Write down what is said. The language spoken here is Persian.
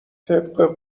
طبق